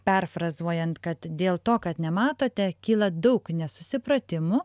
perfrazuojant kad dėl to kad nematote kyla daug nesusipratimų